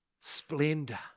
splendor